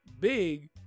Big